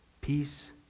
peace